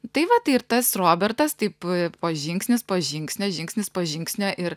tai va tai ir tas robertas taip po žingsnis po žingsnio žingsnis po žingsnio ir